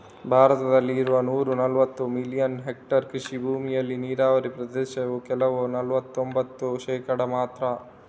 ಭಾರತದಲ್ಲಿ ಇರುವ ನೂರಾ ನಲವತ್ತು ಮಿಲಿಯನ್ ಹೆಕ್ಟೇರ್ ಕೃಷಿ ಭೂಮಿಯಲ್ಲಿ ನೀರಾವರಿ ಪ್ರದೇಶವು ಕೇವಲ ನಲವತ್ತೊಂಭತ್ತು ಶೇಕಡಾ ಮಾತ್ರ